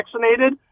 vaccinated